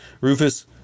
Rufus